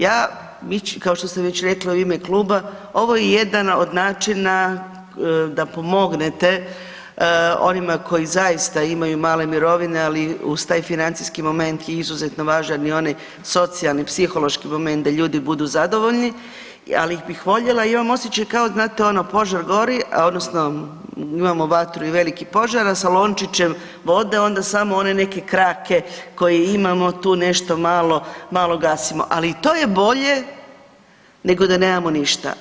Ja kao što sam već rekla u ime kluba, ovo je jedan od načina da pomognete onima koji zaista imaju male mirovine, ali uz taj financijski moment je izuzetno važan i onaj socijalni, psihološki moment da ljudi budu zadovoljni, ali bih voljela i imam osjećaj kao znate ono požar gori odnosno imamo vatru i veliki požar, a sa lončićem vode onda samo one neke krake koje imamo tu nešto malo gasimo, ali i to je bolje nego da nemamo ništa.